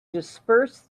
disperse